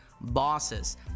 bosses